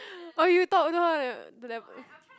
oh you talk down eh to that book